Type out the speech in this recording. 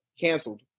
Canceled